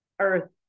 earth